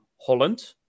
Holland